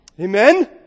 Amen